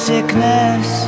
sickness